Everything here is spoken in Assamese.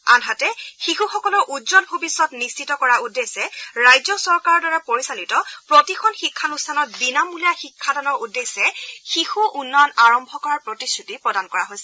আনহাতে শিশুসকলৰ উজ্বল ভৱিষ্যৎ নিশ্চিত কৰাৰ উদ্দেশ্যে ৰাজ্য চৰকাৰৰ দ্বাৰা পৰিচালিত প্ৰতিখন শিক্ষানুষ্ঠানত বিনামূলীয়া শিক্ষাদানৰ উদ্দেশ্যে শিশু উন্নয়ন আৰম্ভ কৰাৰ প্ৰতিশ্ৰুতি প্ৰদান কৰা হৈছে